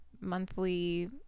monthly